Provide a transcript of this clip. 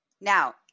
Now